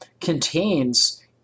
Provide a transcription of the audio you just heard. contains